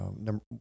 Number